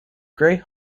grey